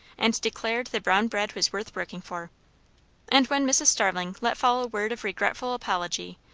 and declared the brown bread was worth working for and when mrs. starling let fall a word of regretful apology,